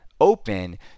open